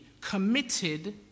committed